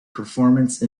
performance